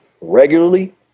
regularly